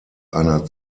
einer